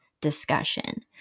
discussion